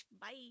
bye